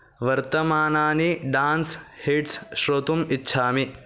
वर्तमानानि dance hits श्रोतुम् इच्छामि